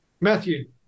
Matthew